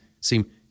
seem